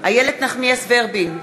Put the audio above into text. איילת נחמיאס ורבין,